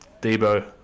Debo